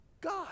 God